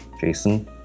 Jason